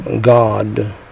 God